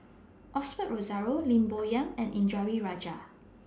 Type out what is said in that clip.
Osbert Rozario Lim Bo Yam and Indranee Rajah